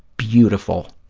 beautiful